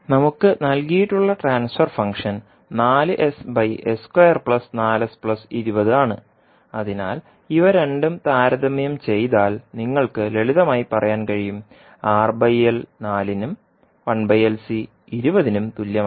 നമുക്ക് നൽകിയിട്ടുള്ള transfer function ആണ് അതിനാൽ ഇവ രണ്ടും താരതമ്യം ചെയ്താൽ നിങ്ങൾക്ക് ലളിതമായി പറയാൻ കഴിയും 4നും 20നും തുല്യമാണ്